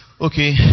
okay